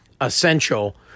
essential